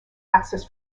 access